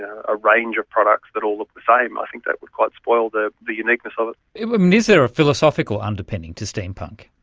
ah a range of products that all looked the same, i think that would quite spoil the the uniqueness of it. is there a philosophical underpinning to steampunk?